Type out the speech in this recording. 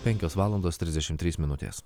penkios valandos trisdešimt trys minutės